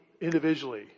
individually